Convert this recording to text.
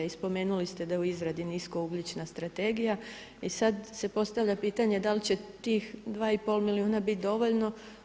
I spomenuli ste da je u izradi nisko ugljična strategija i sada se postavlja pitanje da li će tih 2,5 milijuna biti dovoljno.